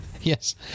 Yes